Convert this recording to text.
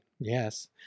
Yes